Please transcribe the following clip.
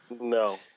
No